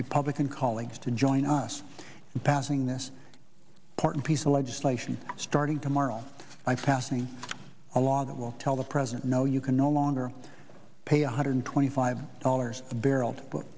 republican colleagues to join us in passing this part and piece of legislation starting tomorrow i have passing a law that will tell the president no you can no longer pay one hundred twenty five dollars a barrel